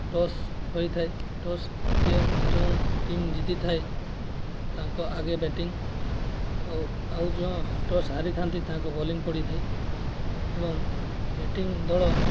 toss ହୋଇଥାଏ toss ଯେଉଁ team ଜିତିଥାଏ ତାଙ୍କ ଆଗେ ବ୍ୟାଟିଂ ଆଉ ଆଉ ଯେଉଁ ଟସ୍ ହାରିଥାନ୍ତି ତାଙ୍କ ବୋଲିଂ ପଡ଼ିଥାଏ ଏବଂ ବ୍ୟାଟିଂ ଦଳ